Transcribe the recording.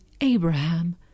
Abraham